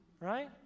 right